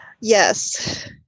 Yes